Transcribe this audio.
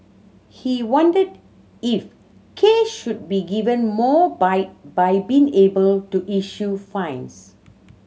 he wondered if Case should be given more bite by being able to issue fines